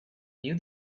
knew